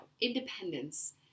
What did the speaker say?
independence